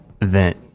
event